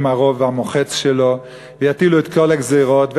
עם הרוב המוחץ שלו ויטילו את כל הגזירות,